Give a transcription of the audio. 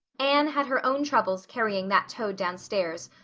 anne had her own troubles carrying that toad downstairs,